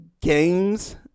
games